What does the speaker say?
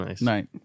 Nice